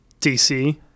DC